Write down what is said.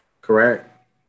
correct